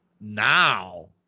now